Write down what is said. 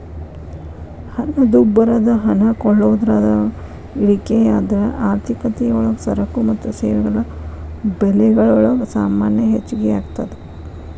ಹಣದುಬ್ಬರದ ಹಣ ಕೊಳ್ಳೋದ್ರಾಗ ಇಳಿಕೆಯಾದ್ರ ಆರ್ಥಿಕತಿಯೊಳಗ ಸರಕು ಮತ್ತ ಸೇವೆಗಳ ಬೆಲೆಗಲೊಳಗ ಸಾಮಾನ್ಯ ಹೆಚ್ಗಿಯಾಗ್ತದ